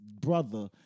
brother